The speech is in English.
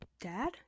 Dad